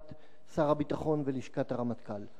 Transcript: לשכת שר הביטחון ללשכת הרמטכ"ל.